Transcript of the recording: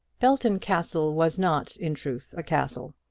belton castle was not in truth a castle.